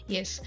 Yes